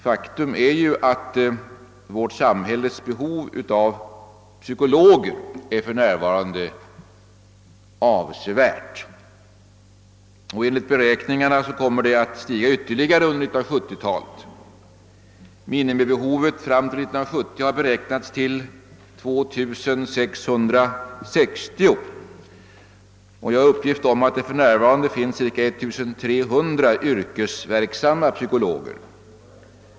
Faktum är att vårt samhälles behov av psykologer för närvarande är avsevärt. Enligt gjorda beräkningar kommer det behovet att stiga ytterligare under 1970 talet. Minimibehovet fram till 1970 har beräknats till 2660. För närvarande finns det cirka 1300 yrkesverksamma psykologer.